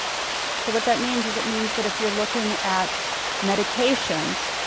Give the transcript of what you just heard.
so what that means is it means that if you're looking at medications,